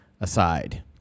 aside